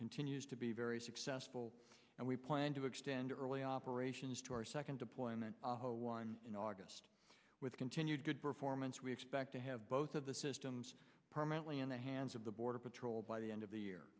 continues to be very successful and we plan to extend early operations to our second deployment in august with continued good performance we expect to have both of the systems permanently in the hands of the border patrol by the end of the year